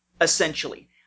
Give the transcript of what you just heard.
Essentially